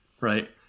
right